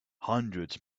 hundreds